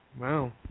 Wow